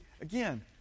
again